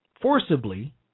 forcibly